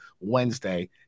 Wednesday